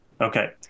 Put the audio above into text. okay